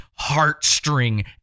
heartstring